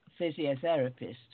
physiotherapist